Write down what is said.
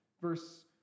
verse